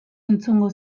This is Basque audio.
entzungo